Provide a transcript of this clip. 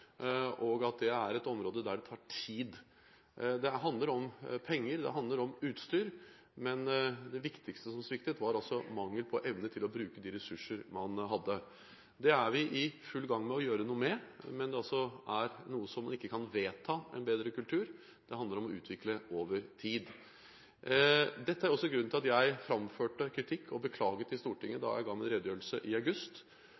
og at det er et område der det tar tid. Det handler om penger, det handler om utstyr, men det viktigste som sviktet, var mangel på evne til å bruke de ressurser man hadde. Det er vi i full gang med å gjøre noe med, men en bedre kultur er noe som man ikke kan vedta. Det handler om å utvikle over tid. Dette er også grunnen til at jeg framførte kritikk og beklaget til Stortinget